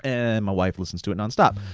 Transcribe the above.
and my wife listens to it nonstop.